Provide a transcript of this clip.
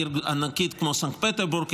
עיר ענקית כמו סנט פטרסבורג,